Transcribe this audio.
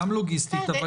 גם לוגיסטיקה.